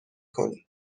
کنی